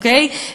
אוקיי?